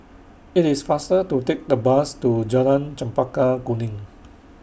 IT IS faster to Take The Bus to Jalan Chempaka Kuning